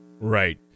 Right